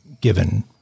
given